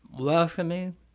welcoming